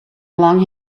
long